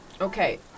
Okay